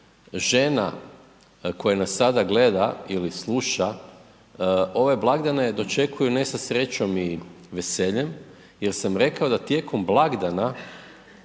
žena koje nas sada gleda ili sluša ove blagdane dočekuju ne sa srećom i veseljem jer sam rekao da tijekom blagdana